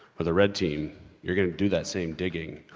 the red team you're gonna do that same digging,